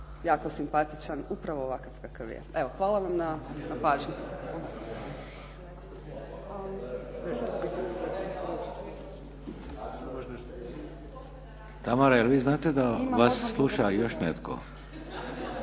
jako simpatičan upravo ovakav kakav je. Evo, hvala vam na pažnji. **Šeks, Vladimir (HDZ)** Tamara jel' vi znate da vas sluša i još netko?